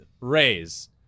raise